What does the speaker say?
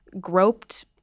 groped